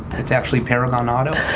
it's actually paragon auto.